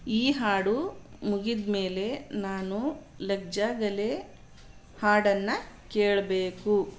ಈ ಹಾಡು ಮುಗಿದ ಮೇಲೆ ನಾನು ಲಗ್ ಜಾ ಗಲೆ ಹಾಡನ್ನು ಕೇಳಬೇಕು